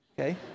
okay